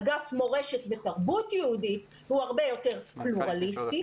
אגף מורשת ותרבות יהודית הוא הרבה יותר פלורליסטי,